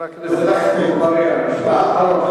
חבר הכנסת עפו אגבאריה, משפט אחרון.